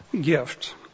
gift